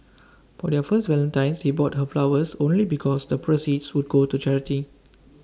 for their first Valentine's he bought her flowers only because the proceeds would go to charity